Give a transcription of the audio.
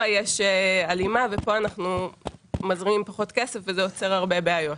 יש הלימה ופה אנחנו מזרימים פחות כסף וזה יוצר הרבה בעיות.